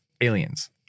aliens